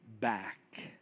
back